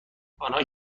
آنهایی